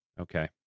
Okay